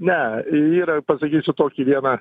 ne yra pasakysiu tokį vieną